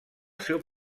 seu